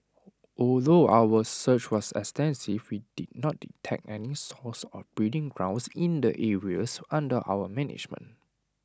although our search was extensive we did not detect any source or breeding grounds in the areas under our management